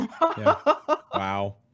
Wow